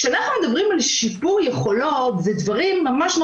כשאנחנו מדברים על שיפור יכולות אלו דברים ממש,